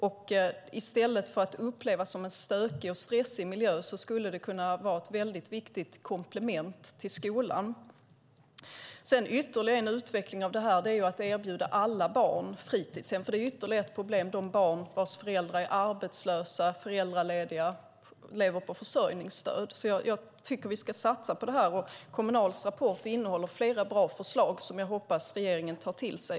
I stället för att upplevas som en stökig och stressig miljö skulle det kunna vara ett väldigt viktigt komplement till skolan. Ytterligare en utveckling av det här vore att erbjuda alla barn plats på fritidshem, även de barn vars föräldrar är arbetslösa, är föräldralediga eller lever på försörjningsstöd. Jag tycker att vi ska satsa på detta. Kommunals rapport innehåller flera bra förslag som jag hoppas att regeringen tar till sig.